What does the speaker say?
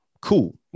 Cool